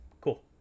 Cool